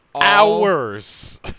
Hours